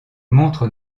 montre